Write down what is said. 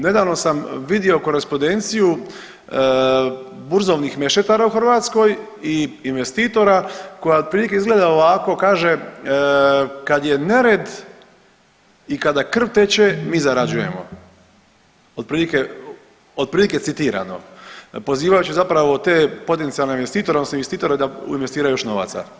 Nedavno sam vidio korespondenciju burzovnih mešetara u Hrvatskoj i investitora koja otprilike izgleda ovako, kaže kad je nered i kada krv teče mi zarađujem, otprilike citirano, pozivajući zapravo te potencijalne investitore odnosno investitore da investiraju još novaca.